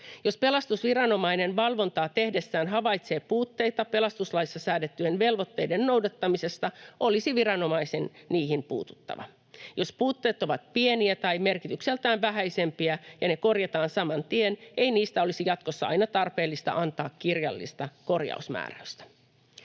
Jos pelastusviranomainen valvontaa tehdessään havaitsee puutteita pelastuslaissa säädettyjen velvoitteiden noudattamisessa, olisi viranomaisen puututtava niihin. Jos puutteet ovat pieniä tai merkitykseltään vähäisempiä ja ne korjataan saman tien, ei niistä olisi jatkossa aina tarpeellista antaa kirjallista korjausmääräystä.